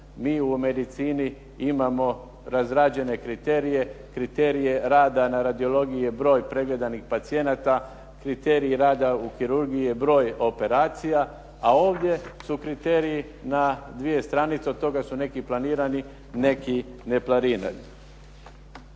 mi u medicini imamo razrađene kriterije. Kriterij rada na radiologiji je broj pregledanih pacijenata. Kriterij rada u kirurgiji je broj operacija, a ovdje su kriteriji na dvije stranice, od toga su neki planirani, neki neplanirani.